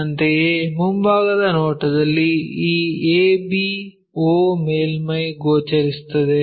ಅಂತೆಯೇ ಮುಂಭಾಗದ ನೋಟದಲ್ಲಿ ಈ ab o ಮೇಲ್ಮೈ ಗೋಚರಿಸುತ್ತದೆ